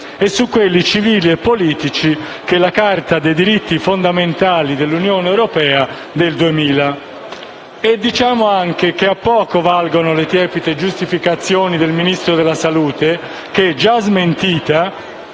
e su quelli civili e politici, e la Carta dei diritti fondamentali dell'Unione europea del 2000. Diciamo anche che a poco valgono le tiepide giustificazioni del Ministro della salute che, già smentita,